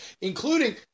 including